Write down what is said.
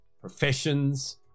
professions